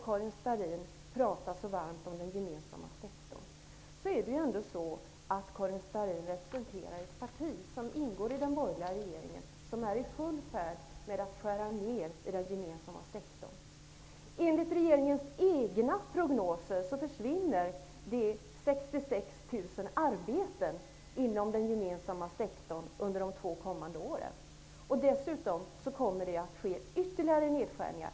Karin Starrin talar här så varmt om den gemensamma sektorn. Men Karin Starrin representerar ändå ett parti som ingår i den borgerliga regeringen, som är i full färd med att skära ned i den gemensamma sektorn. Enligt regeringens egna prognoser försvinner det 66 000 arbeten inom den gemensamma sektorn under de två kommande åren. Dessutom kommer det att ske ytterligare nedskärningar.